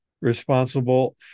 Responsible